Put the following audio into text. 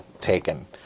taken